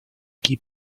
keep